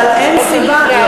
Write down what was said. אבל אין סיבה,